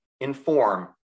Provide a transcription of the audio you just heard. inform